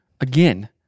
again